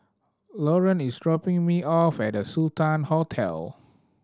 Loren is dropping me off at The Sultan Hotel